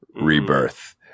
Rebirth